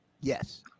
Yes